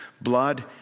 blood